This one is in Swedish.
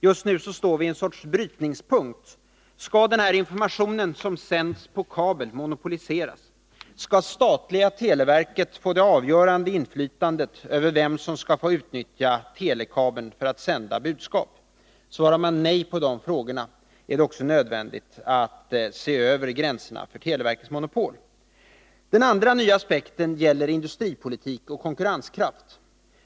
Just nu står vi vid någon sorts brytningspunkt: Skall information som sänds på kabel monopoliseras? Skall det statliga televerket få det avgörande inflytandet över vem som skall få utnyttja telekabeln för att sända budskap? Svarar man nej på de frågorna, är det också nödvändigt att se över gränserna för televerkets monopol. Den andra nya aspekten gäller industripolitik och konkurrenskraft.